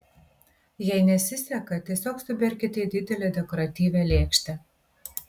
jei nesiseka tiesiog suberkite į didelę dekoratyvią lėkštę